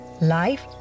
life